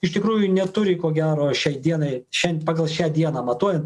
iš tikrųjų neturi ko gero šiai dienai šian pagal šią dieną matuojant